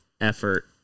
effort